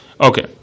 Okay